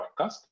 podcast